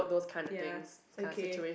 ya okay